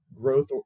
growth